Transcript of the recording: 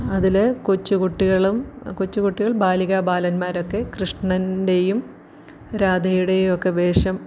അതില് കൊച്ചു കുട്ടികളും കൊച്ചു കുട്ടികൾ ബാലികാ ബാലന്മാരൊക്കെ കൃഷ്ണൻ്റെയും രാധയുടെയും ഒക്കെ വേഷം